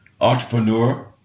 entrepreneur